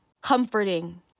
comforting